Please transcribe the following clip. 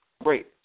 Great